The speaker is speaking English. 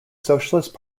socialist